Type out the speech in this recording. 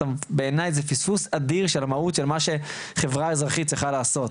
בעיני זה פספוס אדיר של המהות של מה שחברה אזרחית צריכה לעשות,